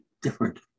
different